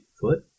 foot